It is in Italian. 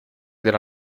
della